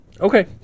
Okay